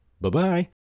Bye-bye